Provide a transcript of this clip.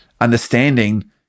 understanding